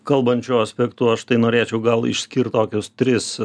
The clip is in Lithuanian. kalbant šiuo aspektu aš tai norėčiau gal išskirt tokius tris